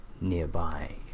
nearby